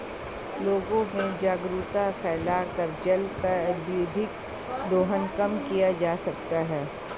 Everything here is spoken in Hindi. लोगों में जागरूकता फैलाकर जल का अत्यधिक दोहन कम किया जा सकता है